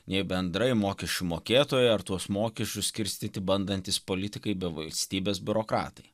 nei bendrai mokesčių mokėtojai ar tuos mokesčius skirstyti bandantys politikai bei valstybės biurokratai